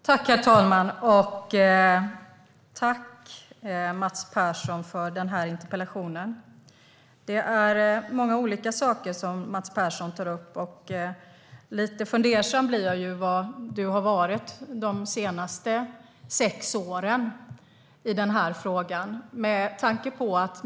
Herr talman! Tack, Mats Persson, för den här interpellationen! Mats Persson tar upp många olika saker, och lite fundersam blir jag ju. Var har Mats Persson varit de senaste sex åren?